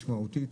משמעותית,